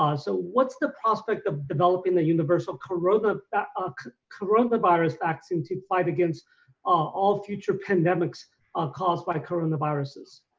um so what's the prospect of developing the universal coronavirus um coronavirus vaccine to fight against all future pandemics caused by coronaviruses?